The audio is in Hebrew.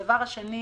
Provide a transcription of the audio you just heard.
הדבר השני